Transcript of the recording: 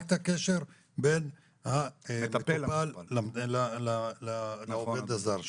לחזק את הקשר בין המטופל לעובד הזר שלו.